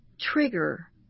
trigger